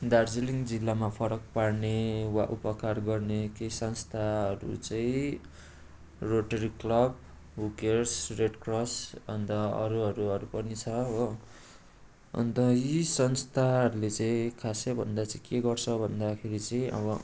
दार्जिलिङ जिल्लामा फरक पार्ने वा उपकार गर्ने केही संस्थाहरू चाहिँ Rotary Club Who Cares Red Cross अन्त अरूहरू हरू पनि छ हो अन्त यी संस्थाहरूले चाहिँ खासै भन्दा चाहिँ के गर्छ भन्दाखेरि चाहिँ अब